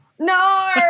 No